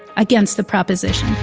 against the proposition.